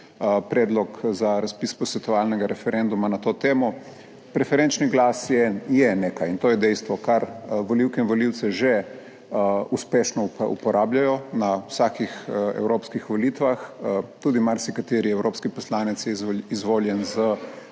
predlog za razpis posvetovalnega referenduma na to temo. Preferenčni glas je nekaj in to je dejstvo, kar volivke in volivci že uspešno uporabljajo na vsakih evropskih volitvah. Tudi marsikateri evropski poslanec je izvoljen s